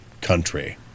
country